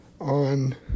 on